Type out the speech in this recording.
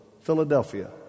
Philadelphia